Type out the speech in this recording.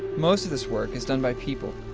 most of this work is done by people,